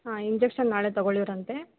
ಹಾಂ ಇಂಜೆಕ್ಷನ್ ನಾಳೆ ತಗೊಳ್ಳುವಿರಂತೆ